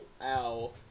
Ow